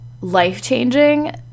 life-changing